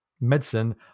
medicine